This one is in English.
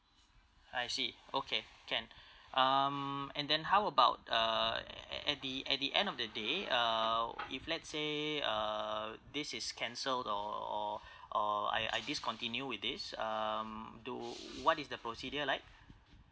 I see okay can um and then how about uh a~ a~ at the at the end of the day uh if let's say uh this is cancelled or or or I I discontinue with this um do what is the procedure like